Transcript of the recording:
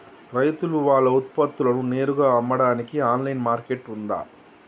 రైతులు వాళ్ల ఉత్పత్తులను నేరుగా అమ్మడానికి ఆన్లైన్ మార్కెట్ ఉందా?